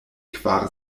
kvar